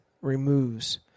removes